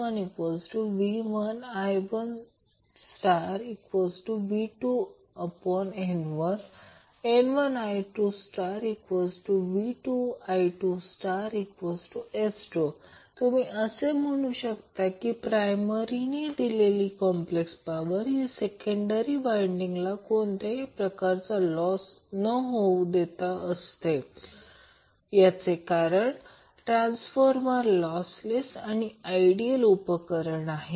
S1V1I1V2nnI2V2I2S2 तुम्ही असे म्हणू शकता की प्रायमरीने दिलेली कॉम्प्लेक्स पॉवर ही सेकंडरी वाइंडिंगला कोणत्याही प्रकारचा लॉस न होऊ देता असते याचे कारण ट्रान्सफॉर्मर लॉसलेस आणि आयडियल उपकरण आहे